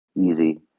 easy